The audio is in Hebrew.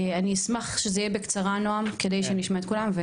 אני אשמח שזה יהיה בקצרה נעם כדי שנשמע את כולם,